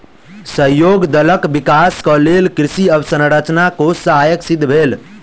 सहयोग दलक विकास के लेल कृषि अवसंरचना कोष सहायक सिद्ध भेल